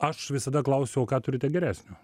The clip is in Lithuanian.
aš visada klausiau o ką turite geresnio